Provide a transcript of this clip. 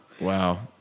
Wow